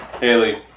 Haley